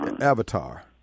avatar